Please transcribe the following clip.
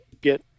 get